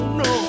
no